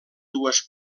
dues